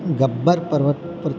ગબ્બર પર્વત પર